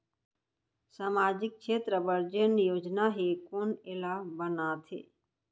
सामाजिक क्षेत्र बर जेन योजना हे कोन एला बनाथे?